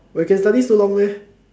you can study so long meh